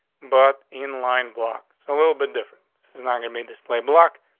but in line block. a little bit different is not gonna make this play block,